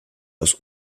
aus